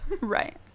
Right